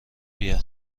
بیار